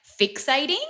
fixating